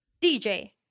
DJ